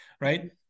right